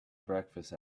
breakfast